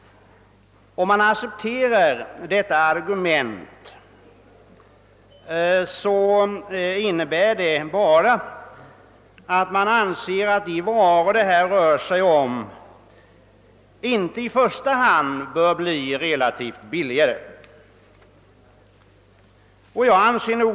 Om detta argument accepteras innebär det bara att de ifrågavarande varorna inte i första hand anses böra bli relativt billigare.